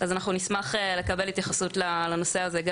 גם אנחנו נשמח לקבל התייחסות לנושא הזה.